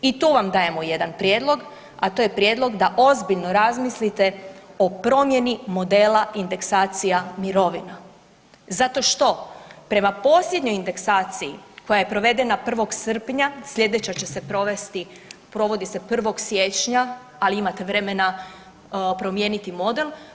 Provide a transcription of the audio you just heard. I tu vam dajemo jedan prijedlog, a to je prijedlog da ozbiljno razmislite o promjeni modela indeksacija mirovina zato što prema posljednjoj indeksaciji koja je provedena 1.srpnja sljedeća se provesti, provodi se 1.siječnja, ali imate vremena promijeniti model.